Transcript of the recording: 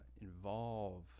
involve